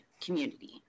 community